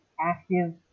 active